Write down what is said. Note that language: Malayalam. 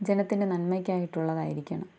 ജനത്തിൻ്റെ നന്മയ്ക്കായിട്ടുള്ളതായിരിക്കണം